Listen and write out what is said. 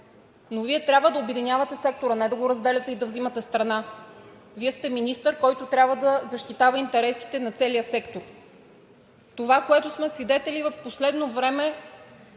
но Вие трябва да обединявате сектора, а не да го разделяте и да вземате страна. Вие сте министър, който трябва да защитава интересите на целия сектор. Това, на което сме свидетели в последно време,